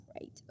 right